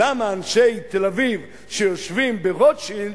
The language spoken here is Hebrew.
למה אנשי תל-אביב, שיושבים ברוטשילד,